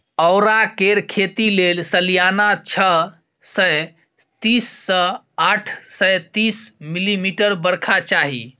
औरा केर खेती लेल सलियाना छअ सय तीस सँ आठ सय तीस मिलीमीटर बरखा चाही